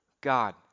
God